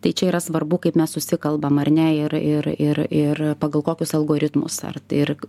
tai čia yra svarbu kaip mes susikalbam ar ne ir ir ir ir pagal kokius algoritmus ar tai ir